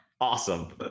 Awesome